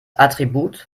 attribut